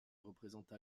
représenta